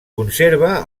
conserva